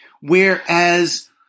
Whereas